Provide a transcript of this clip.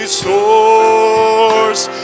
source